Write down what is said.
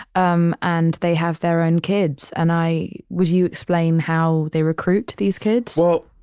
um and they have their own kids. and i, would you explain how they recruit these kids? well,